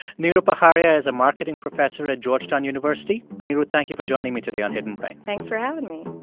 neeru paharia is a marketing professor at georgetown university. neeru, thank you for joining me today on hidden brain thanks for having me